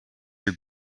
your